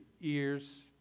ears